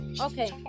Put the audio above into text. Okay